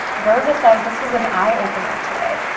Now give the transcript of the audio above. rosa says this was an eye opener today.